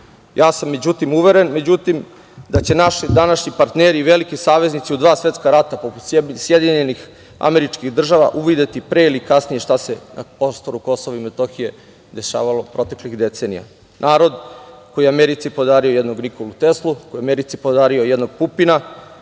kao okupatori. Uveren sam da će naši današnji partneri i veliki saveznici u dva svetska rata, poput SAD uvideti pre ili kasnije šta se na prostoru Kosova i Metohije dešavalo proteklih decenija. Narod, koji je Americi podario jednog Nikolu Teslu, koji je Americi podario jednog Pupina,